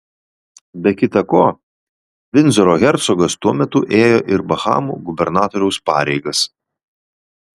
be kita ko vindzoro hercogas tuo metu ėjo ir bahamų gubernatoriaus pareigas